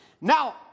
Now